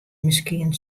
miskien